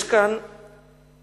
יש כאן לקיחה,